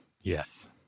Yes